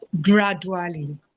gradually